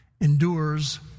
endures